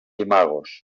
imagos